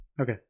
Okay